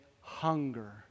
hunger